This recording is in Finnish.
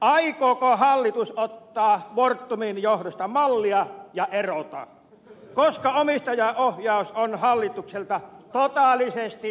aikooko hallitus ottaa fortumin johdosta mallia ja erota koska omistajaohjaus on hallitukselta totaalisesti epäonnistunut